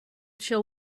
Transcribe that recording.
shall